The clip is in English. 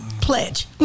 pledge